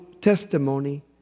testimony